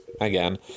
again